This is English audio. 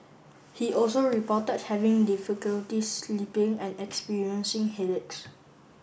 he also reported having difficulty sleeping and experiencing headaches